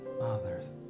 others